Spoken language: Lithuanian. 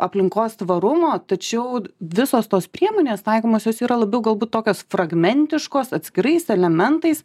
aplinkos tvarumo tačiau visos tos priemonės taikomosios yra labiau galbūt tokios fragmentiškos atskirais elementais